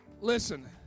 Listen